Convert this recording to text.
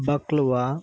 baklava